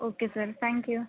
okay sir thank you